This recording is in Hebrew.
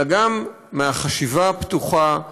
אלא גם מהחשיבה הפתוחה,